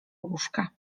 łóżka